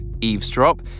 eavesdrop